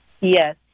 Yes